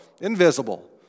invisible